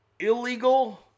Illegal